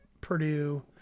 Purdue